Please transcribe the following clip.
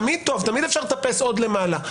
תמיד אפשר לטפס עוד למעלה.